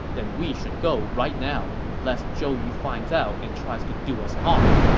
then we should go right now, lest zhou yu finds out and tries to do us harm.